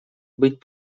быть